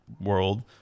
world